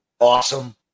awesome